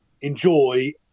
enjoy